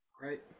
right